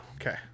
Okay